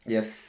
Yes